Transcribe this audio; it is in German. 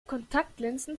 kontaktlinsen